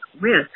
risk